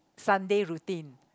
Sunday routine